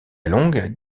longue